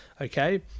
okay